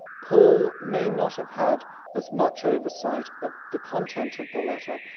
paul may not have had as much oversight of the content of the letter,